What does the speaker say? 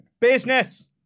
Business